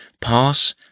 pass